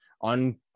on